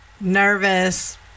nervous